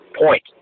point